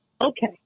Okay